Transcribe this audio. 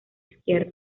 izquierdo